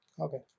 Okay